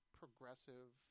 progressive